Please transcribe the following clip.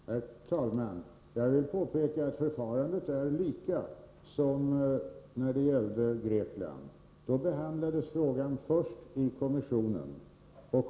Herr talman! Jag vill påpeka att förfarandet är detsamma som när det gällde Grekland. Även då behandlades frågan först i kommissionen.